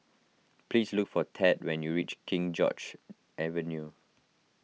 please look for Thad when you reach King George's Avenue